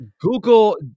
Google